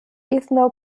ethno